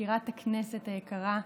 מזכירת הכנסת היקרה,